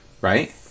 right